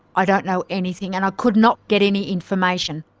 i don't know anything. and i could not get any information.